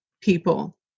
people